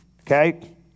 Okay